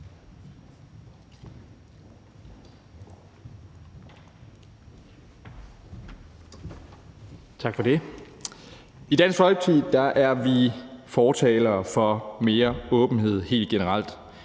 I Dansk Folkeparti er vi fortalere for mere åbenhed helt generelt.